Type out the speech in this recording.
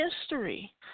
history